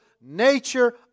nature